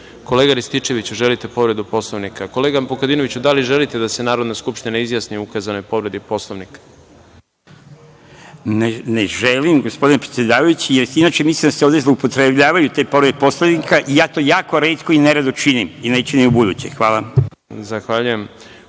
prava. Kolega Rističeviću, želite povredu Poslovnika? Kolega Vukadinoviću, da li želite da se Narodna skupština izjasni o ukazanoj povredi Poslovnika? **Đorđe Vukadinović** Ne želim, gospodine predsedavajući, jer inače mislim da se ovde zloupotrebljavaju te povrede Poslovnika i ja to jako retko i nerado činim i neću ni ubuduće. Hvala.